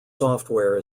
software